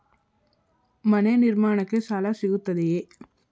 ಮನೆ ನಿರ್ಮಾಣಕ್ಕೆ ಸಾಲ ಸಿಗುತ್ತದೆಯೇ?